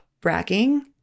bragging